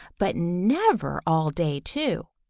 but never all day too.